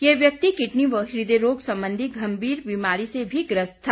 ये व्यक्ति किडनी व इदय रोग संबंधी गम्भीर बिमारी से भी ग्रस्त था